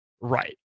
Right